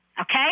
Okay